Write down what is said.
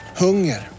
hunger